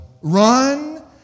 Run